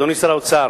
אדוני שר האוצר,